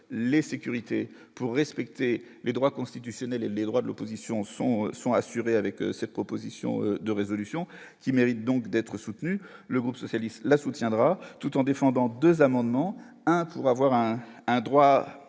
les sécurités pour respecter les droits constitutionnels et les droits de l'opposition sont sont assurés avec cette proposition de résolution qui mérite donc d'être soutenu le groupe socialiste la soutiendra, tout en défendant 2 amendements un pour avoir un un droit